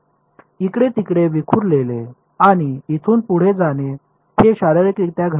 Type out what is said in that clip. इकडे तिकडे विखुरलेले आणि इथून पुढे जाणे हे शारीरिकरित्या घडत आहे